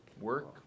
work